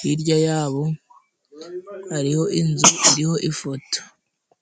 hirya yabo hariho inzu iriho ifoto.